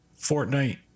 Fortnite